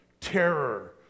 terror